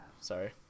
Sorry